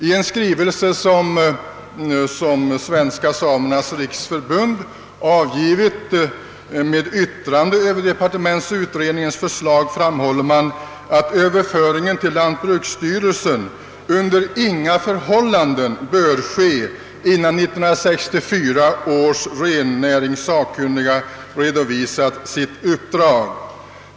I en skrivelse som Svenska samernas riksförbund avgivit med yttrande över departementsutredningens förslag framhålls emellertid att överföringen till lantbruksstyrelsen under inga förhållanden bör ske innan 1964 års rennäringssakkunniga redovisat sitt uppdrag.